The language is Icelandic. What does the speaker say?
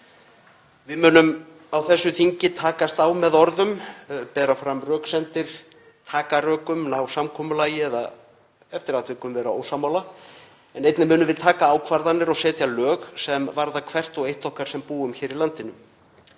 Við munum á þessu þingi takast á með orðum, bera fram röksemdir, taka rökum, ná samkomulagi eða eftir atvikum vera ósammála en einnig munum við taka ákvarðanir og setja lög sem varða hvert og eitt okkar sem búum hér á landi.